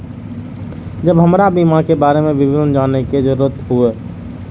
जब हमरा बीमा के बारे में विवरण जाने के जरूरत हुए?